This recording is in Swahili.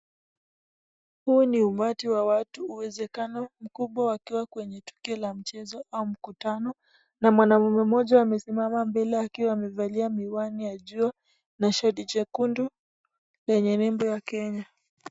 Huu ni umati wa watu uwezekano mkubwa wakiwa kwenye tukio la mchezo au mkutano na mwanaume mmoja amesimama mbele akiwa amevalia miwani ya jua na shati jekundu lenye nembo ya Kenya.